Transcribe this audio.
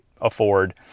afford